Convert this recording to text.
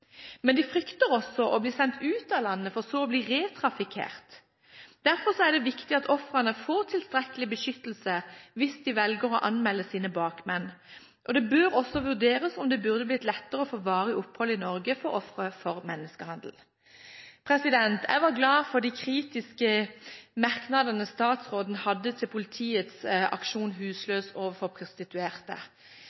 Men de frykter også å bli sendt ut av landet for så å bli retraffickert. Derfor er det viktig at ofrene får tilstrekkelig beskyttelse hvis de velger å anmelde sine bakmenn. Det bør også vurderes om det skal blitt lettere å få varig opphold i Norge for ofre for menneskehandel. Jeg er glad for de kritiske merknadene statsråden hadde til politiets Aksjon